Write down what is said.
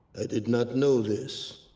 i did not know this.